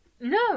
no